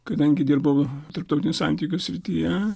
kadangi dirbom tarptautinių santykių srityje